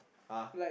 !huh!